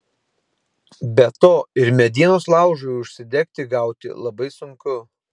be to ir medienos laužui užsidegti gauti labai sunku